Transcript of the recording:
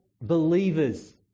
believers